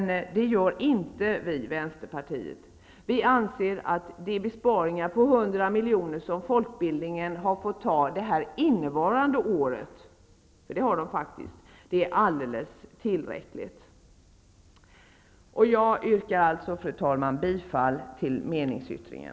Det gör inte vi i Vänsterpartiet. Vi anser att de besparingar på 100 miljoner som folkbildningen fått göra det innevarande året, för så är det faktiskt, är alldeles tillräckliga. Jag yrkar alltså, fru talman, bifall till meningsyttringen.